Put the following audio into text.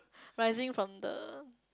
rising from the